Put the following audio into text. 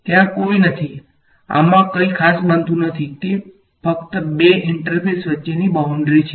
ત્યાં કોઈ નથી આમાં કંઇ ખાસ બનતું નથી તે ફક્ત બે ઇન્ટરફેસ વચ્ચેની બાઉંડ્રી છે